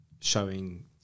showing